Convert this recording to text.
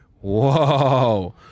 whoa